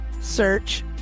Search